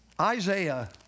Isaiah